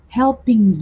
helping